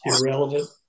irrelevant